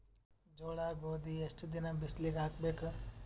ಜೋಳ ಗೋಧಿ ಎಷ್ಟ ದಿನ ಬಿಸಿಲಿಗೆ ಹಾಕ್ಬೇಕು?